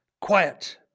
quiet